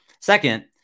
Second